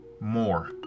more